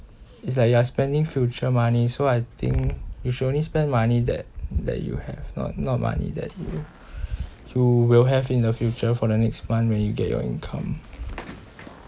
it's like you are spending future money so I think you should only spend money that that you have not not money that you you will have in the future for the next month when you get your income